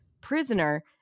prisoner